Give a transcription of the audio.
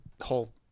whole